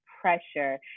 pressure